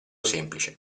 semplice